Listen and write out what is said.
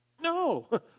No